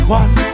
one